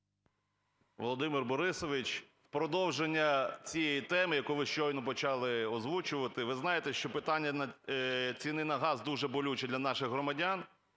Володимир Борисович, у продовження цієї теми, яку ви щойно почали озвучувати. Ви знаєте, що питання ціни на газ дуже болюче для наших громадян.